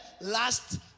last